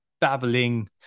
babbling